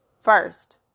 first